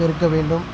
உயர்த்த வேண்டும்